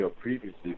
Previously